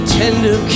tender